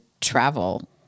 travel